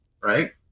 right